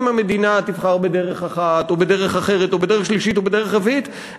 אם המדינה תבחר בדרך אחת או בדרך אחרת או בדרך שלישית או בדרך רביעית,